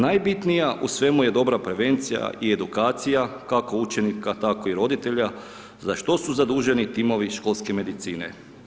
Najbitnija u svemu je dobra prevencija i edukacija kako učenika tako i roditelja za što su zaduženi timovi školske medicine.